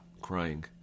crying